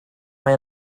mae